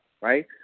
right